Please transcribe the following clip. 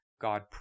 God